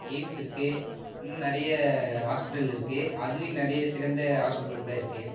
AIIMS இருக்குது இன்னும் நிறைய ஹாஸ்பிட்டல் இருக்குது அதுலேயும் நிறைய சிறந்த ஆஸ்பிட்டலு கூட இருக்குது